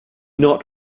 not